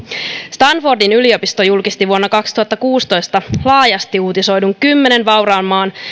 stanfordin yliopisto julkisti vuonna kaksituhattakuusitoista laajasti uutisoidun kymmenen vauraan maan